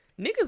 Niggas